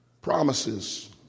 promises